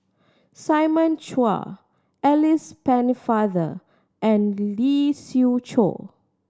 Simon Chua Alice Pennefather and Lee Siew Choh